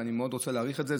ואני מאוד רוצה להעריך את זה.